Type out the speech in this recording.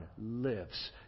lives